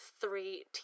three